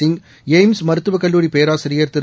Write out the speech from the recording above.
Singh எய்ம்ஸ்மருத்துவக்கல்லூரிபேராசிரியர்திரு